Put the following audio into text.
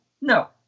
No